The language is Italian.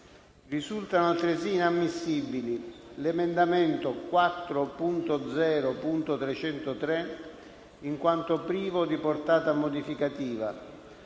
Risultano altresì inammissibili 1'emendamento 4.0.303, in quanto privo di portata modificativa,